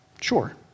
Sure